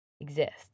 exists